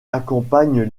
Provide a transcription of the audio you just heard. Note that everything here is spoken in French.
accompagnent